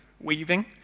weaving